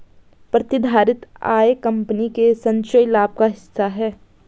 प्रतिधारित आय कंपनी के संचयी लाभ का हिस्सा है